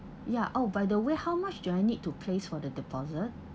ya oh by the way how much do I need to place for the deposit